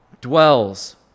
dwells